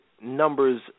numbers